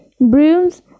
brooms